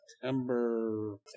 September